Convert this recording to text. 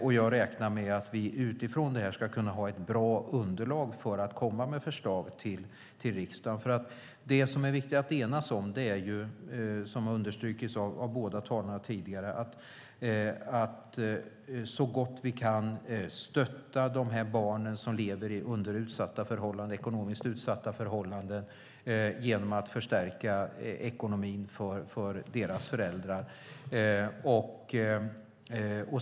Jag räknar med att vi utifrån detta ska kunna ha ett bra underlag för att komma med förslag till riksdagen. Det som är viktigt att enas om och som har understrukits av båda de tidigare talarna är nämligen att vi så gott vi kan ska stötta de barn som lever under ekonomiskt utsatta förhållanden genom att förstärka ekonomin för deras föräldrar.